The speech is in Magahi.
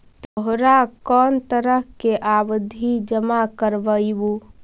तोहरा कौन तरह के आवधि जमा करवइबू